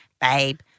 babe